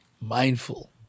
Mindful